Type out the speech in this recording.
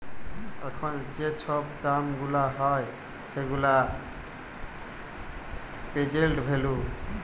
এখল যে ছব দাম গুলা হ্যয় সেগুলা পের্জেল্ট ভ্যালু